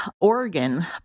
Oregon